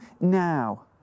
now